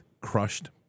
crushed